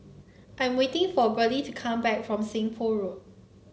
I'm waiting for Burley to come back from Seng Poh Road